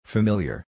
Familiar